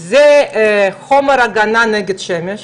זה חומר הגנה נגד שמש,